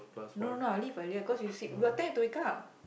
no no no I'll leave earlier cause you seep what time you have to wake up